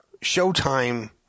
showtime